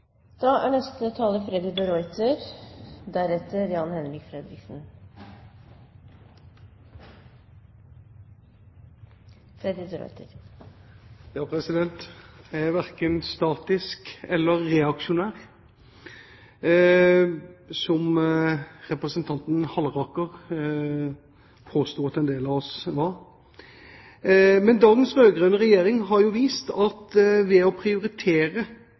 Jeg er verken statisk eller reaksjonær, som representanten Halleraker påsto at en del av oss var. Dagens rød-grønne regjering har vist at ved å prioritere